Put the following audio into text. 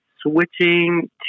switching